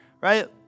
Right